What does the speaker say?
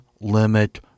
limit